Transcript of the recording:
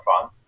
fun